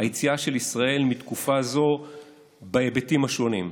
היציאה של ישראל מתקופה זו בהיבטים השונים."